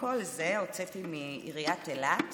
את כל זה הוצאתי מעיריית אילת.